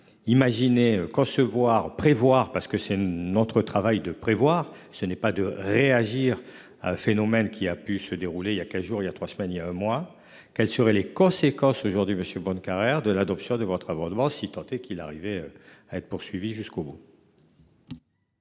Imaginer concevoir prévoir parce que c'est notre travail de prévoir ce n'est pas de réagir. Un phénomène qui a pu se dérouler. Il y a 15 jours il y a 3 semaines il y a un mois. Quelles seraient les conséquences aujourd'hui Monsieur Bonnecarrere de l'adoption de votre abonnement si tenté qu'il arrivait. À être poursuivi jusqu'au bout.